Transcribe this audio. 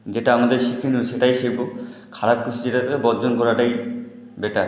যেটা আমাদের শিক্ষণীয় সেটাই শিখব খারাপ কিছু যেটা সেটা বর্জন করাটাই বেটার